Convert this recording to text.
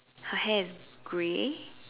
her hair is grey